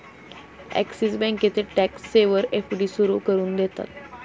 axis बँकेचे tax saver FD सुरू करून देतात